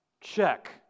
check